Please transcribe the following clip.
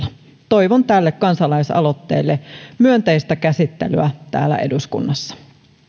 toivon tälle kansalaisaloitteelle myönteistä käsittelyä täällä eduskunnassa